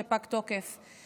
שפג תוקפו.